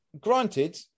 granted